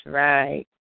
right